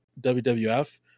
WWF